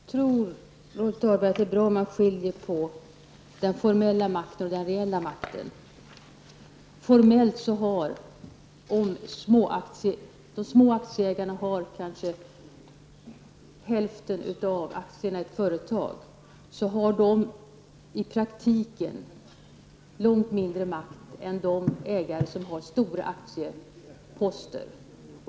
Herr talman! Jag tror, Rolf Dahlberg, att det är bra om man skiljer på den formella makten och den reella makten. Om de små aktieägarna i ett företag formellt kanske har hälften av aktierna så har de i praktiken långt mindre makt än de ägare som har stora aktieposter.